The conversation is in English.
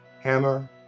hammer